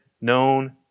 known